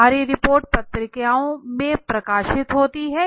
बाहरी रिपोर्ट पत्रिकाओं में प्रकाशित होती है